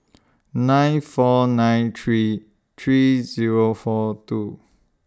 nine four nine three three Zero four two